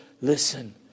listen